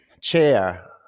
Chair